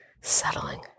Settling